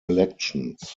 elections